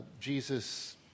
Jesus